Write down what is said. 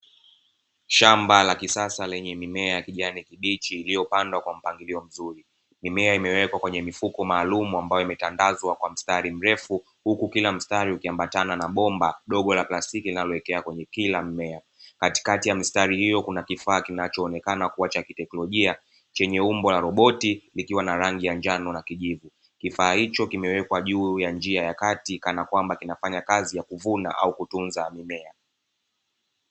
Shamba la kisasa lenye mimea ya kijani kibichi iliyopandwa kwa mpangilio mzuri, mimea imewekwa kwenye vifuko maalumu ambayo imetandazwa kwa mstari mrefu huku kila mstari ikiambatana na bomba dogo la plastiki linaloelekea kwenye kila mmea, katikati ya mistari hiyo kuna kifaa kinachoonekana kuwa cha kiteknolojia chenye umbo la roboti kikiwa na rangi ya njano na kijivu, kifaa hiko kimewekwa juu ya njia ya kati kanakwamba kinafanya kazi ya kuvuna ama kutunza mbegu.